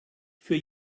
für